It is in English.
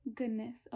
goodness